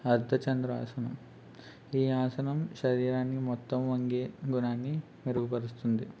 అర్థ చంద్రాసనం ఈ ఆసనం శరీరాన్ని మొత్తం వంగే గుణాన్ని మెరుగుపరుస్తుంది